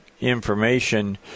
information